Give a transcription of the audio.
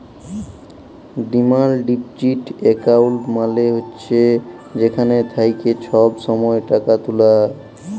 demand deposit account মালে হছে যেখাল থ্যাইকে ছব ছময় টাকা তুলে